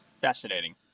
fascinating